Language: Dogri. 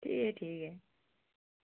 ठीक ऐ ठीक ऐ